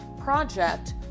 project